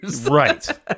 Right